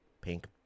pink